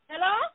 Hello